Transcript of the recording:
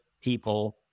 people